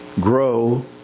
grow